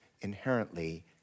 inherently